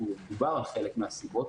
ודובר על חלק מהסיבות,